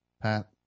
Pat